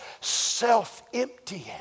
self-emptying